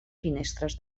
finestres